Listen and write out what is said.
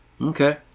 Okay